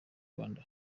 rwanda